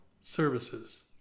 services